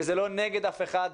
וזה לא נגד אף אחד,